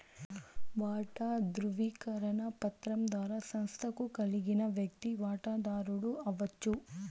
వాటా దృవీకరణ పత్రం ద్వారా సంస్తకు కలిగిన వ్యక్తి వాటదారుడు అవచ్చు